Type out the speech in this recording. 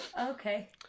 Okay